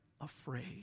afraid